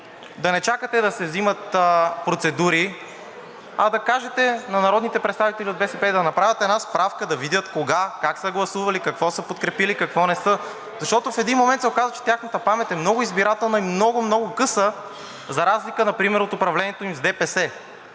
да не чакате да се взимат процедури, а да кажете на народните представители от БСП да направят една справка да видят кога как са гласували, какво са подкрепили, какво не са. Защото в един момент се оказва, че тяхната памет е много избирателна и много, много къса за разлика например от управлението им с ДПС,